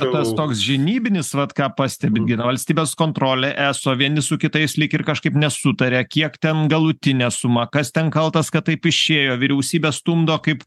tas toks žinybinis vat ką pastebit gi valstybės kontrolė eso vieni su kitais lyg ir kažkaip nesutaria kiek ten galutinė suma kas ten kaltas kad taip išėjo vyriausybė stumdo kaip